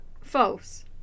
False